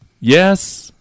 yes